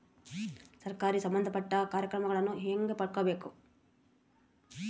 ಸರಕಾರಿ ಸಂಬಂಧಪಟ್ಟ ಕಾರ್ಯಕ್ರಮಗಳನ್ನು ಹೆಂಗ ಪಡ್ಕೊಬೇಕು?